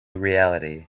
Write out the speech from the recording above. reality